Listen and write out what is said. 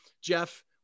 Jeff